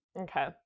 Okay